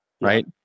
right